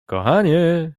kochanie